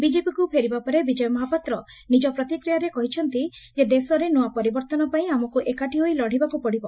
ବିଜେପିକୁ ଫେରିବା ପରେ ବିଜୟ ମହାପାତ୍ର ନିଜ ପ୍ରତିକ୍ରିୟାରେ କହିଛନ୍ତି ଦେଶରେ ନୂଆ ପରିବର୍ଉନ ପାଇଁ ଆମକୁ ଏକାଠି ହୋଇ ଲଢ଼ିବାକୁ ପଡ଼ିବ